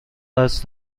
قصد